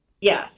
Yes